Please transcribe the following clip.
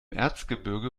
erzgebirge